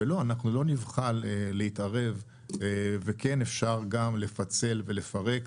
אנחנו לא נבחל להתערב וכן אפשר גם לפצל ולפרק.